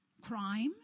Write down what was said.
crime